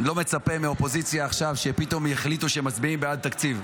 אני לא מצפה מהאופוזיציה עכשיו שפתאום יחליטו שמצביעים בעד תקציב,